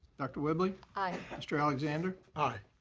dr. whibley. aye. mr. alexander. aye.